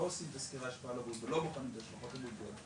לא עושים את הסקירה --- לא בוחנים את ההשלכות הבריאותיות,